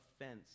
offense